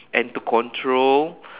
and to control